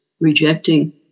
rejecting